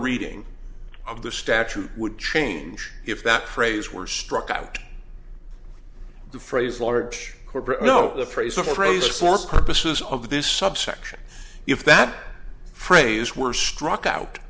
reading of the statute would change if that phrase were struck out the phrase large corporate know the phrase or phrase for purposes of this subsection if that phrase were struck out